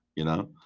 you know.